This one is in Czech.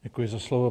Děkuji za slovo.